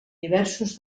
diversos